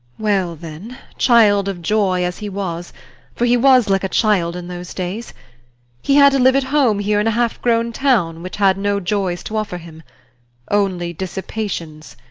well then, child of joy as he was for he was like a child in those days he had to live at home here in a half-grown town, which had no joys to offer him only dissipations.